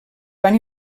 van